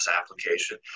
application